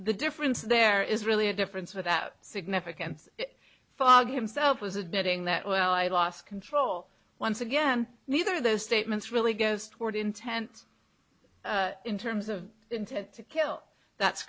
the difference there is really a difference without significance fog himself was admitting that well i lost control once again neither of those statements really goes toward intent in terms of intent to kill that's